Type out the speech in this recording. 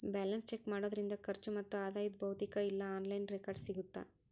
balance check ಮಾಡೋದ್ರಿಂದ ಖರ್ಚು ಮತ್ತ ಆದಾಯದ್ ಭೌತಿಕ ಇಲ್ಲಾ ಆನ್ಲೈನ್ ರೆಕಾರ್ಡ್ಸ್ ಸಿಗತ್ತಾ